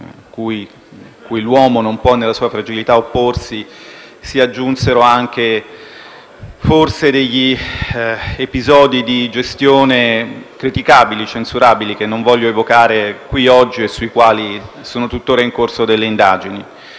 cui l'uomo non può, nella sua fragilità, opporsi, si aggiunsero forse episodi di gestione criticabili, censurabili, che non voglio evocare qui oggi e sui quali sono tuttora in corso delle indagini.